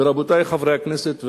ורבותי חברי הכנסת,